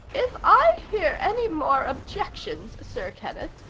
if i hear any more objections, sir kenneth,